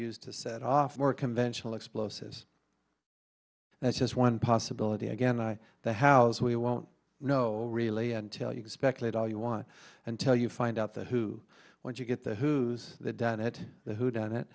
used to set off more conventional explosives that's just one possibility again i the house we won't know really until you can speculate all you want until you find out the who what you get the who's done it who done it